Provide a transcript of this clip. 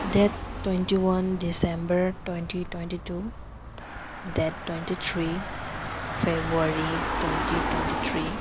date twenty one December twenty twenty two date twenty three February twenty twenty three